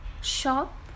shop